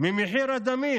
ממחיר הדמים